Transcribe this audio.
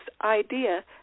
idea